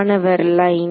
மாணவர் லைன்